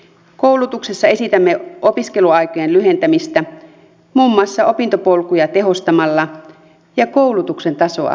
koulutuksessa esitämme opiskeluaikojen lyhentämistä muun muassa opintopolkuja tehostamalla ja koulutuksen tasoa parantamalla